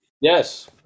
Yes